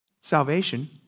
salvation